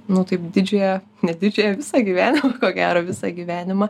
nu taip didžiąją ne didžiąją visą gyvenimą ko gero visą gyvenimą